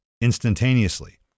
instantaneously